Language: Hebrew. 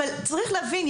אבל צריך להבין,